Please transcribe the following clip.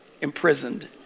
imprisoned